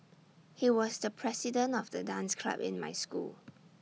he was the president of the dance club in my school